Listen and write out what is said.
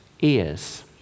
Ears